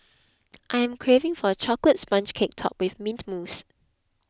I am craving for a Chocolate Sponge Cake Topped with Mint Mousse